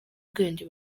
ubwenge